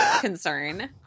concern